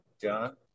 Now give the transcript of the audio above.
John